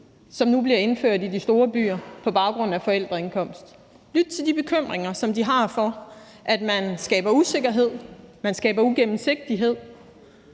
som nu bliver indført i de store byer på baggrund af forældreindkomst. Lyt til de bekymringer, som de har, for, at man skaber usikkerhed, at man skaber uigennemsigtighed,